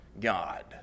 God